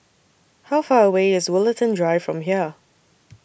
How Far away IS Woollerton Drive from here